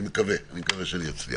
אני מקווה שאני אצליח.